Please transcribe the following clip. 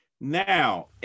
Now